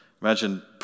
Imagine